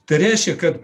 tai reiškia kad